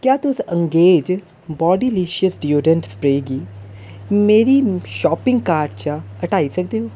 क्या तुस Engage Bodylicious deodorant spray गी मेरी शापिंग कार्ट चा हटाई सकदे ओ